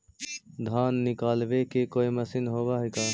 धान निकालबे के कोई मशीन होब है का?